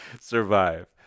survive